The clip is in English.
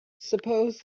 suppose